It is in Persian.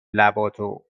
لباتو